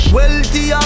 wealthy